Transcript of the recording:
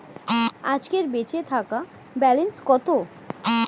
আজকের বেচে থাকা ব্যালেন্স কত?